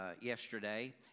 yesterday